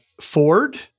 Ford